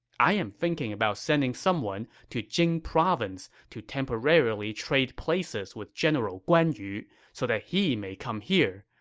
i'm thinking about sending someone to jing province to temporarily trade places with general guan yu so that he may come here.